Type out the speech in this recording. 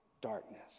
darkness